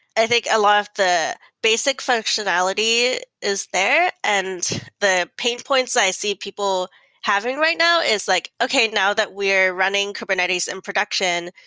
i think a lot of the basic functionality is there and the pain points i see people having right now is like, okay. now that we are running kubernetes in production,